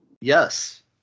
Yes